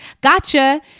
gotcha